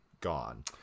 gone